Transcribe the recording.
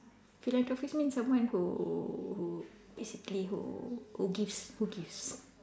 philanthropist means someone who who basically who who gives who gives